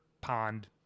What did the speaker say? pond